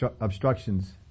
obstructions